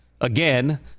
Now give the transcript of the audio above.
again